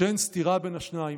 שאין סתירה בין השניים.